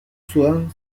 sudán